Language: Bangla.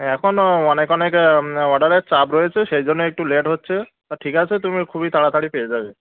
এখনো অনেক অনেকে অর্ডারের চাপ রয়েছে সে জন্যে একটু লেট হচ্ছে তা ঠিক আছে তুমি খুবই তাড়াতাড়ি পেয়ে যাবে